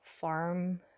farm